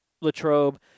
Latrobe